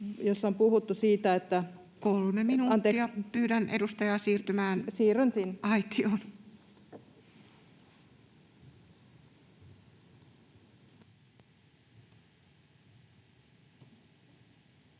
3 minuuttia. Pyydän edustajaa siirtymään aitioon.